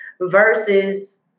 versus